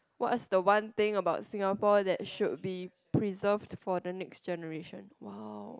what is the one thing about Singapore that should be preserved for the next generation !wow!